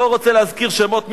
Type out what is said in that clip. לא רוצה להזכיר שמות.